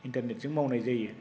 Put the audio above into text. इन्टारनेटजों मावनाय जायो